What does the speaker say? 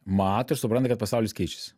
mato ir supranta kad pasaulis keičiasi